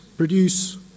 produce